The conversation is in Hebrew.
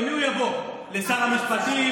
למי הוא יבוא, לשר המשפטים?